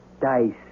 dice